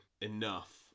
enough